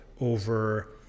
over